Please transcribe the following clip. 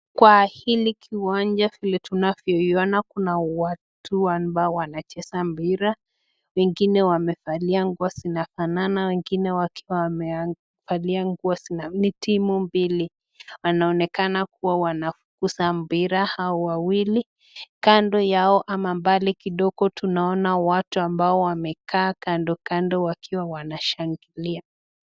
Kwa hili kiwanja vile tunavyoiona, kuna watu ambao wanacheza mpira, wengine wakiwa wamevalia nguo zinafanana, wengine wakiwa wamevalia nguo zina. ni team mbili, wanaonekana kuwa wanaguza mpira hawa wawili kando yao ama mbali kidogo tunaona watu ambao wamekaa kando kando wakiwa wanashangilia.